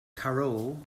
carole